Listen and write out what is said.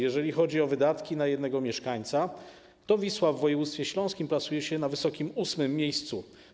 Jeżeli chodzi o wydatki na jednego mieszkańca, to Wisła w województwie śląskim plasuje się na wysokim 8. miejscu.